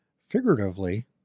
figuratively